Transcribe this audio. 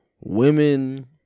women